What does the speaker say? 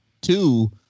Two